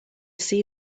see